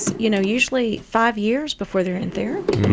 you know, usually five years before they're in therapy.